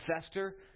fester